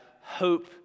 hope